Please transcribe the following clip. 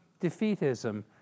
defeatism